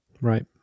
Right